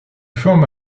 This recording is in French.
forment